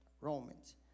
Romans